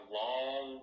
long